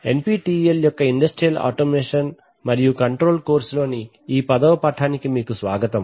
NPTEL యొక్క industrial automation మరియు control course లోని ఈ పదవ పాఠానికి మీకు స్వాగతం